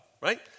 right